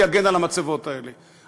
ויגן על המצבות האלה.